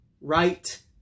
right